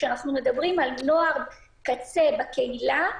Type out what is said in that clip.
כשאנחנו מדברים על נוער קצה בקהילה,